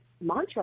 mantra